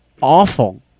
awful